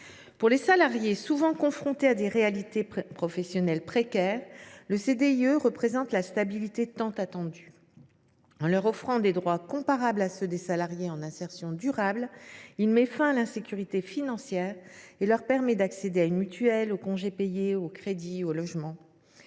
Pour les salariés, souvent confrontés à des réalités professionnelles précaires, le CDIE représente la stabilité tant attendue. En leur offrant des droits comparables à ceux des salariés en insertion durable, il met fin à l’insécurité financière et leur permet d’accéder à une mutuelle, aux congés payés, au crédit et au logement.